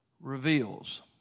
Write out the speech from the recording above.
reveals